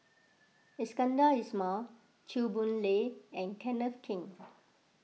Iskandar Ismail Chew Boon Lay and Kenneth Keng